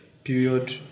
Period